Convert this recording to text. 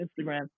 Instagram